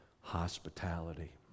hospitality